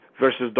Versus